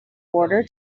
order